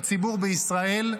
בציבור בישראל,